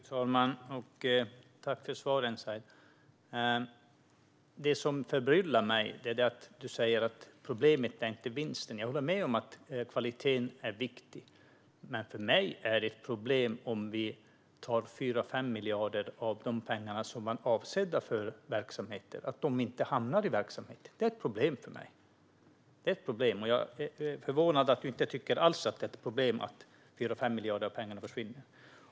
Fru talman! Tack för svaren, Said! Det som förbryllar mig är att du säger att problemet inte är vinsten. Jag håller med om att kvaliteten är viktig. Men för mig är det ett problem om 4-5 miljarder av de pengar som är avsedda för verksamheten inte hamnar i verksamheten. Det är ett problem för mig. Jag är förvånad över att du inte alls tycker att det är ett problem att 4-5 miljarder av pengarna försvinner.